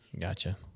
Gotcha